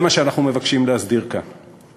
זה מה שאנחנו מבקשים להסדיר כאן.